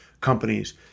companies